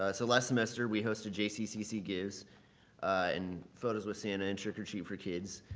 ah so last semester we hosted jccc gives and photos with santa and trick-or-treat for kids.